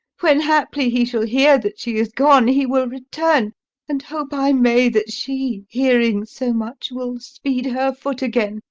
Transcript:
when haply he shall hear that she is gone he will return and hope i may that she, hearing so much, will speed her foot again,